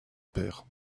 père